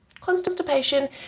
constipation